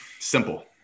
simple